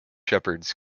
shepherds